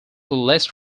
less